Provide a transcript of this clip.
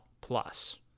Plus